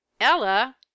Ella